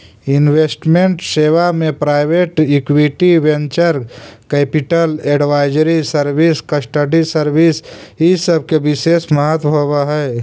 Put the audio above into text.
investment सेवा में private equity, venture capital, advisory service, custody service इ सब के विशेष महत्व होवऽ हई